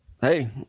Hey